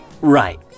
Right